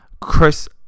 Chris